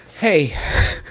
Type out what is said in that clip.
Hey